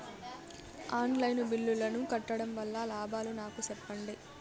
On line బిల్లుల ను కట్టడం వల్ల లాభాలు నాకు సెప్పండి?